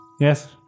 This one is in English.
Yes